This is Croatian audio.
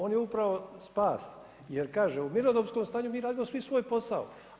On je upravo spas jer kaže u mirnodopskom stanju mi radimo svi svoj posao.